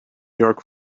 york